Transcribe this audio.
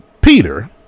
Peter